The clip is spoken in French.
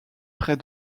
près